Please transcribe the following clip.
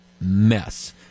mess